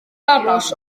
aros